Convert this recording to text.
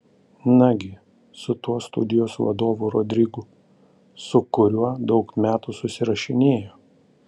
nagi su tuo studijos vadovu rodrigu su kuriuo daug metų susirašinėjo